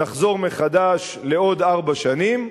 נחזור מחדש לעוד ארבע שנים,